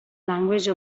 language